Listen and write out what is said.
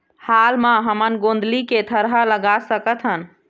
हाल मा हमन गोंदली के थरहा लगा सकतहन?